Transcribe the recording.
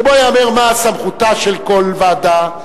וייאמר מה סמכותה של כל ועדה,